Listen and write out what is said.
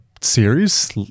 series